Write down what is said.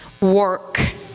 work